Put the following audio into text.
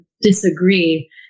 disagree